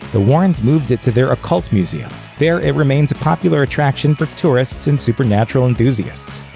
the warrens moved it to their occult museum. there, it remains a popular attraction for tourists and supernatural enthusiasts.